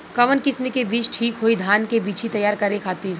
कवन किस्म के बीज ठीक होई धान के बिछी तैयार करे खातिर?